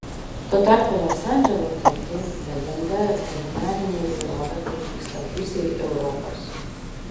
tuo tarpu los andželo turtai legenda ir kulinarinė įvairovė prilygsta pusei europos